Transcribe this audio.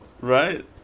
Right